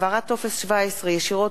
איסור התקשרות),